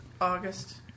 August